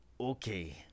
Okay